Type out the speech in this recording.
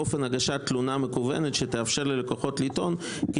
אופן הגשת תלונה מקוונת שתאפשר ללקוחות לטעון כי